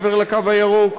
מעבר לקו הירוק.